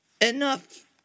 enough